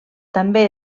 també